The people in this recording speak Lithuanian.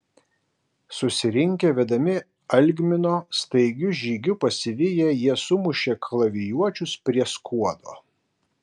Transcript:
susirinkę vedami algmino staigiu žygiu pasiviję jie sumušė kalavijuočius prie skuodo